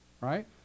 right